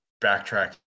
backtrack